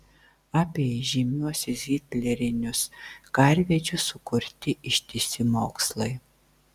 apie įžymiuosius hitlerinius karvedžius sukurti ištisi mokslai